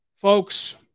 folks